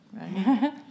right